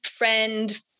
friend